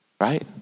right